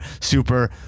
super